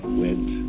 went